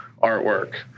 artwork